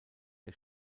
der